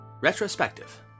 Retrospective